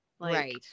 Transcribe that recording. Right